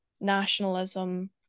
nationalism